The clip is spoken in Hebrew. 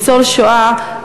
ניצול שואה,